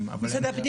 אם יש לך משהו להגיד,